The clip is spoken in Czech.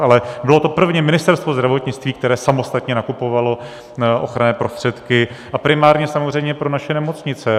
Ale bylo to prvně Ministerstvo zdravotnictví, které samostatně nakupovalo ochranné prostředky, a primárně samozřejmě pro naše nemocnice.